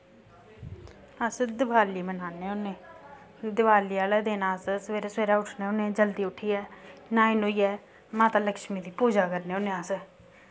अस दिवाली मनान्ने होन्ने दिवाली आह्लै दिन अस सवेरै सवेरै अट्ठने होन्ने जल्दी उट्ठियै न्हाई न्हुईयै माता लक्ष्मी दी पूजा करने होन्ने अस